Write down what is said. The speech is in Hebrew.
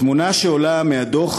התמונה שעולה מהדוח,